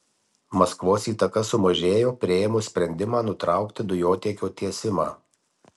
maskvos įtaka sumažėjo priėmus sprendimą nutraukti dujotiekio tiesimą